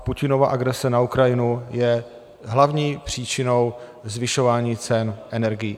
Putinova agrese na Ukrajinu je hlavní příčinou zvyšování cen energií.